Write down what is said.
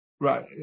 right